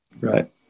right